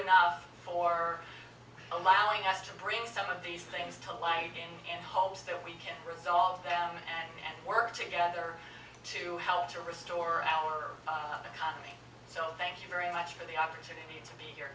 enough for allowing us to bring some of these things to light in hopes that we can resolve them and work together to help to restore our economy so thank you very much for the opportunity to be here